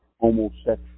homosexual